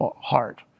heart